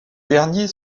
derniers